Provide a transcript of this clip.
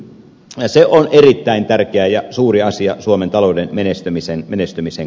se on erittäin tärkeä ja suuri asia suomen talouden menestymisen kannalta